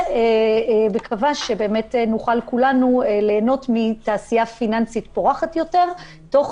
ואני מקווה שנוכל כולנו ליהנות מתעשייה פיננסית פורחת יותר תוך